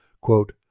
quote